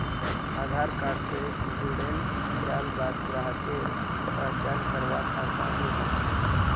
आधार card स जुड़ेल जाल बाद ग्राहकेर पहचान करवार आसानी ह छेक